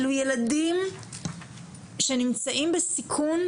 אלו ילדים שנמצאים בסיכון,